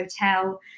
Hotel